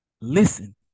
Listen